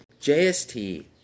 JST